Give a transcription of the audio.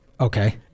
Okay